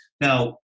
now